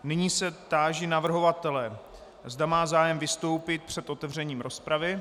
Nyní se táži navrhovatele, zda má zájem vystoupit před otevřením rozpravy.